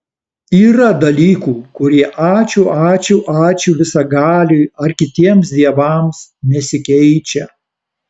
yra dalykų kurie ačiū ačiū ačiū visagaliui ar kitiems dievams nesikeičia